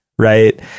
right